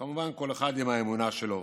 כמובן, כל אחד עם האמונה שלו.